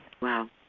Wow